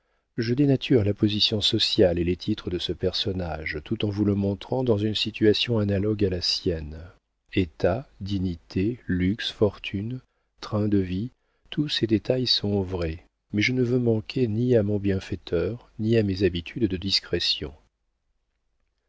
je dénature la position sociale et les titres de ce personnage tout en vous le montrant dans une situation analogue à la sienne état dignité luxe fortune train de vie tous ces détails sont vrais mais je ne veux manquer ni à mon bienfaiteur ni à mes habitudes de discrétion